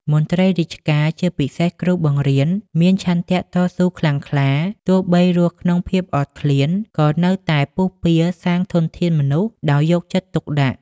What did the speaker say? មន្ត្រីរាជការ ជាពិសេសគ្រូបង្រៀន មានឆន្ទៈតស៊ូខ្លាំងក្លា ទោះបីរស់ក្នុងភាពអត់ឃ្លាន ក៏នៅតែពុះពារសាងធនធានមនុស្សដោយយកចិត្តទុកដាក់។